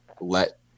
let